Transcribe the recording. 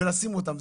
ולשים אותם.